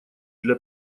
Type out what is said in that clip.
для